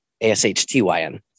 A-S-H-T-Y-N